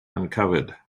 uncovered